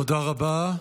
תודה רבה.